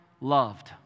loved